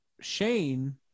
Shane